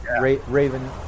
Raven